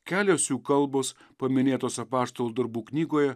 kelios jų kalbos paminėtos apaštalų darbų knygoje